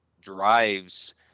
drives